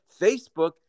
Facebook